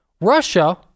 Russia